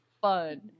fun